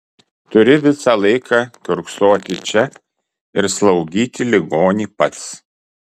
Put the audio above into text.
turi visą laiką kiurksoti čia ir slaugyti ligonį pats